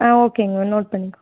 ஆ ஓகேங்க ma'am note பண்ணிக்கோம்